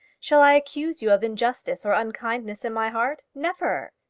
shall i accuse you of injustice or unkindness in my heart? never!